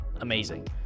amazing